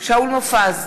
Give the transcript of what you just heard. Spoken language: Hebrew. שאול מופז,